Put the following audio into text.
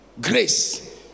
Grace